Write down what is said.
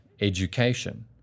education